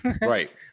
Right